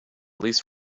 least